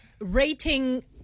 rating